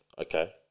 okay